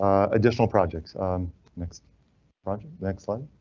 um additional projects um next project next line.